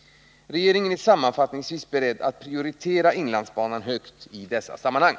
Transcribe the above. Regeringen är sammanfattningsvis beredd att prioritera inlandsbanan högt i dessa sammanhang.